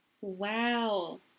Wow